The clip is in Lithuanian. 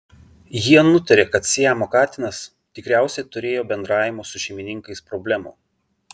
jie nutarė kad siamo katinas tikriausiai turėjo bendravimo su šeimininkais problemų